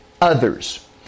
others